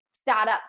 startups